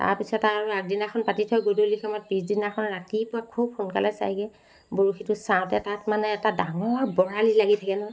তাৰপিছত আৰু আগদিনাখন পাতি থৈ গধূলি সময়ত পিছদিনাখন ৰাতিপুৱা খুব সোনকালে চায়গৈ বৰশীটো চাওঁতে তাত মানে এটা ডাঙৰ বৰালি লাগি থাকে নহয়